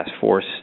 Force